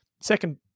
Second